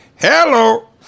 Hello